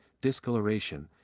discoloration